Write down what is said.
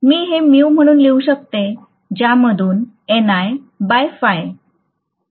मी हे mu म्हणून लिहू शकते ज्यामधून आपण हे लिहिण्याला सक्षम आहोत